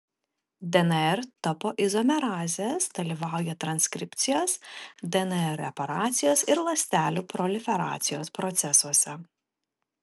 dnr topoizomerazės dalyvauja transkripcijos dnr reparacijos ir ląstelių proliferacijos procesuose